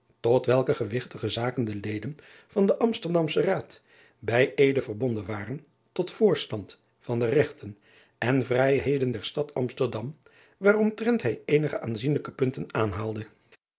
tot welke gewigtige zaken de eden van den msterdamschen aad bij eede verbonden waren tot voorstand van de egten en rijheden der stad msterdam waaromtrent hij eenige aanzienlijke punten